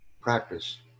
practice